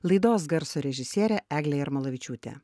laidos garso režisierė eglė jarmalavičiūtė